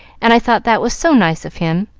and i thought that was so nice of him,